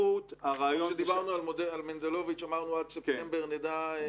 כשדיברנו על מנדלוביץ', אמרנו, עד ספטמבר נדע.